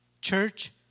church